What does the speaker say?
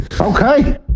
Okay